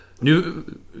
New